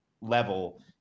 level